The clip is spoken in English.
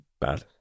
bad